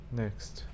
next